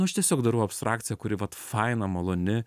nu aš tiesiog darau abstrakciją kuri vat faina maloni